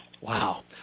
wow